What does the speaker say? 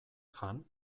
jan